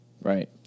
Right